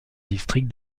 district